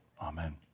Amen